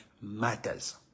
matters